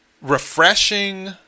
refreshing